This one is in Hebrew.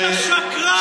אתה שקרן,